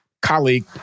colleague